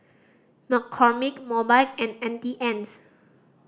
McCormick Mobike and Auntie Anne's